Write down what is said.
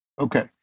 Okay